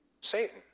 Satan